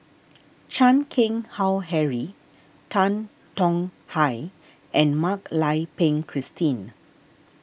Chan Keng Howe Harry Tan Tong Hye and Mak Lai Peng Christine